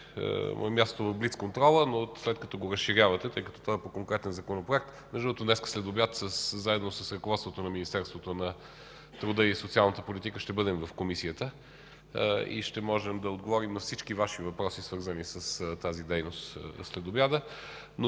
въпрос е в блиц контрола, но след като го разширявате, тъй като той е по конкретен законопроект. Между другото днес следобед заедно с ръководството на Министерството на труда и социалната политика ще бъдем в Комисията и ще можем да отговорим на всички Ваши въпроси, свързани с тази дейност. Това,